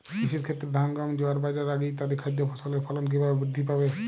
কৃষির ক্ষেত্রে ধান গম জোয়ার বাজরা রাগি ইত্যাদি খাদ্য ফসলের ফলন কীভাবে বৃদ্ধি পাবে?